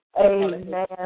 Amen